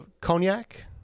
Cognac